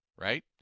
Right